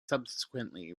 subsequently